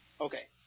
Okay